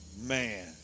Man